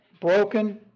broken